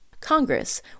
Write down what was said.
Congress